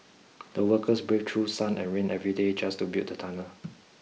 the workers braved through sun and rain every day just to build the tunnel